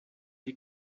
die